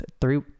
three